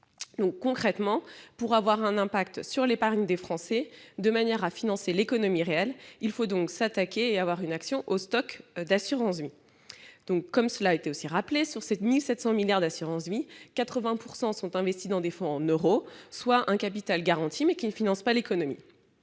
Concrètement, pour avoir un impact sur l'épargne des Français de manière à financer l'économie réelle, il faut s'attaquer au stock d'assurance vie. Comme cela a été également rappelé, sur les 1 700 milliards d'euros d'assurance vie, 80 % sont investis dans des fonds euro, soit un capital garanti, mais qui ne finance pas l'économie.